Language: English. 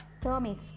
Tommy